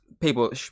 people